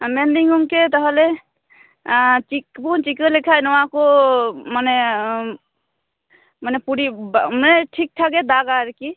ᱢᱮᱱ ᱫᱟᱹᱧ ᱜᱚᱝᱠᱮ ᱛᱟᱦᱚᱞᱮ ᱪᱮᱫ ᱠᱚᱵᱚᱱ ᱪᱤᱠᱟᱹ ᱞᱮᱠᱷᱟᱱ ᱱᱚᱣᱟ ᱠᱚ ᱢᱟᱱᱮ ᱢᱟᱱᱮ ᱯᱚᱨᱤ ᱢᱟᱱᱮ ᱴᱷᱤᱠ ᱴᱷᱟᱠᱮ ᱫᱟᱜᱟ ᱟᱨᱠᱤ